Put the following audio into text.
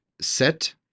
set